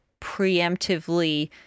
preemptively